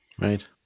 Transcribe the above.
Right